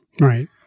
Right